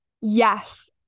Yes